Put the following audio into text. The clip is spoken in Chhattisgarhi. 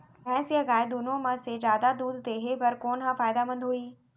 भैंस या गाय दुनो म से जादा दूध देहे बर कोन ह फायदामंद होही?